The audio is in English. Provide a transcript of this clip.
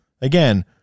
Again